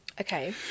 Okay